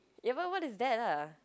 what is that ah